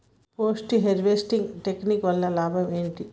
Post harvesting technique వల్ల లాభం ఏంటి?